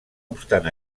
obstant